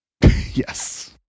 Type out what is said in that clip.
Yes